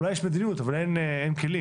אולי יש מדיניות, אבל אין כלים.